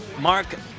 Mark